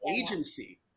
agency